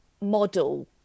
model